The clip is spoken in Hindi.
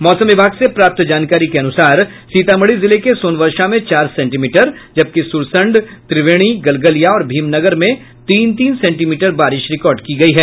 मौसम विभाग से प्राप्त जानकारी के अनुसार सीतामढ़ी जिले के सोनवर्षा में चार सेंटीमीटर जबकि सुरसंड त्रिवेणी गलगलिया और भीमनगर में तीन तीन सेंटीमीटर बारिश रिकॉर्ड की गयी है